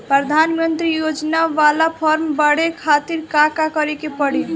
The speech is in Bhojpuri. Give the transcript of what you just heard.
प्रधानमंत्री योजना बाला फर्म बड़े खाति का का करे के पड़ी?